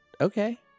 Okay